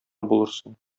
булырсың